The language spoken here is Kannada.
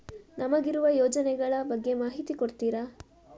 ನಮಗಿರುವ ಯೋಜನೆಗಳ ಬಗ್ಗೆ ಮಾಹಿತಿ ಕೊಡ್ತೀರಾ?